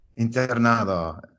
Internado